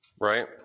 right